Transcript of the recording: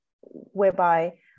whereby